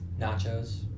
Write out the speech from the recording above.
Nachos